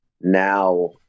now